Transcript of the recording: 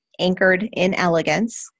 anchoredinelegance